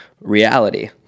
reality